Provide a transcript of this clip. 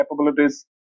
capabilities